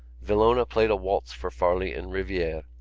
villona played a waltz for farley and riviere,